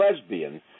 lesbian